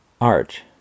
Art